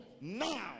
now